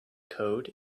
code